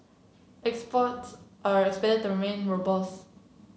exports are expected to remain robust